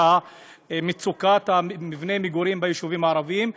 מצוקת מבני המגורים ביישובים הערביים.